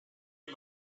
and